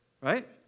right